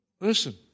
listen